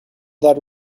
that